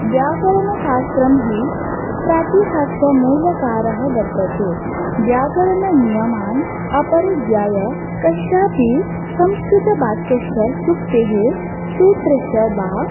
व्याकरणशास्त्रं हि प्रातिशाख्यमूलकारः वर्तते व्याकरणनियमान् अपरिज्ञाय कस्यापि संस्कृतवाक्यस्य सूक्तेः सूत्रस्य वा